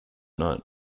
night